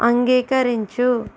అంగీకరించు